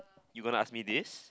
you gonna ask me this